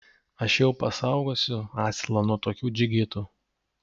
aš jau pasaugosiu asilą nuo tokių džigitų